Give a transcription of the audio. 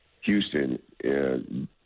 Houston